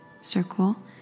circle